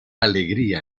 alegría